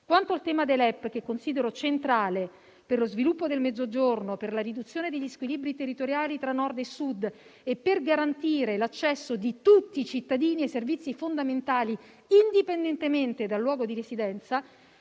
Quanto al tema dei LEP, che considero centrale per lo sviluppo del Mezzogiorno, per la riduzione degli squilibri territoriali tra Nord e Sud e per garantire l'accesso di tutti i cittadini ai servizi fondamentali indipendentemente dal luogo di residenza,